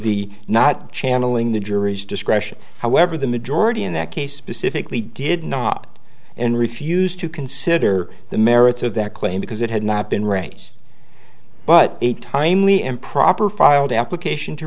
the not channeling the jury's discretion however the majority in that case specifically did not and refused to consider the merits of that claim because it had not been right but a timely and proper filed application to